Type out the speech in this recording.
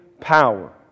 power